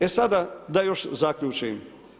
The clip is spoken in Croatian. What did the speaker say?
E sada, da još zaključim.